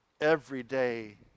everyday